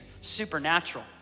supernatural